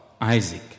Isaac